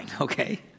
okay